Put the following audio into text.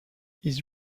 his